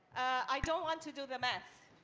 i don't want to do the math,